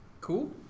Cool